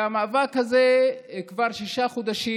והמאבק הזה כבר שישה חודשים,